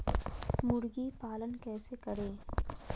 मुर्गी पालन कैसे करें?